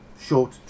Short